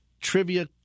trivia